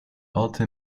orte